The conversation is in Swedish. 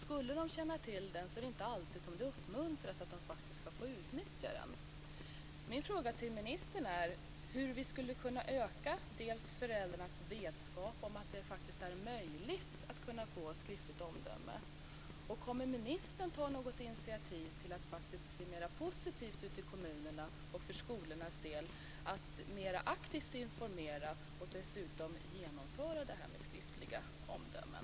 Skulle de känna till den är det inte alltid som det uppmuntras att man ska få utnyttja den. Min fråga till ministern är: Hur skulle vi kunna öka föräldrarnas vetskap om att det faktiskt är möjligt att få skriftligt omdöme? Kommer ministern att ta något initiativ för en mera positiv syn ute i kommunerna och för skolornas del på att mera aktivt informera och dessutom genomföra det här med skriftliga omdömen?